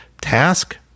task